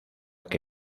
que